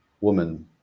woman